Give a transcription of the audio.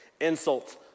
insults